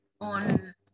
on